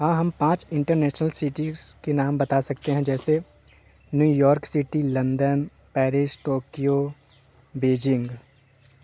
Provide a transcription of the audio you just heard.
हाँ हम पाँच इंटरनेशनल सीटीज के नाम बता सकते हैं जैसे New York city London Paris Tokyo Beijing